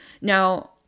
Now